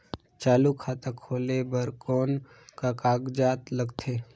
चालू खाता खोले बर कौन का कागजात लगथे?